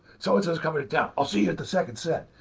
so-and-so's kind of yeah i'll see you at the second set.